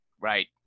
Right